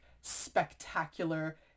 spectacular